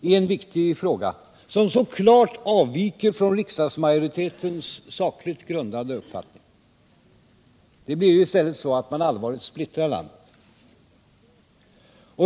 i en viktig fråga som så klart avviker från riksdagsmajoritetens sakligt grundade uppfattning. Det blir i stället så att man allvarligt splittrar landet.